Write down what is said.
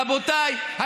רבותיי,